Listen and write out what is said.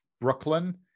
Brooklyn